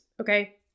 okay